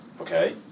okay